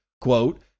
Quote